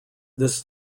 this